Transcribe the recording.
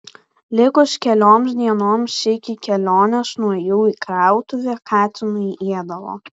likus kelioms dienoms iki kelionės nuėjau į krautuvę katinui ėdalo